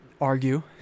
argue